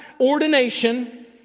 ordination